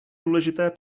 důležité